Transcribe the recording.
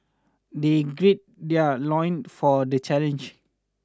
they gird their loin for the challenge